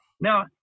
Now